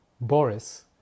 Boris